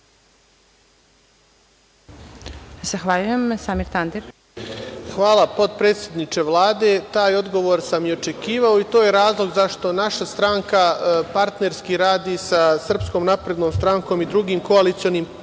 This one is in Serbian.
Hvala, potpredsedniče Vlade. Taj odgovor sam i očekivao i to je razlog zašto naša stranka partnerski radi sa Srpskom naprednom strankom i drugim koalicionim partnerima.